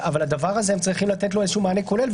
אבל הדבר הזה צריך לתת לו מענה כולל,